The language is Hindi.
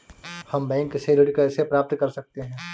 हम बैंक से ऋण कैसे प्राप्त कर सकते हैं?